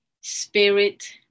Spirit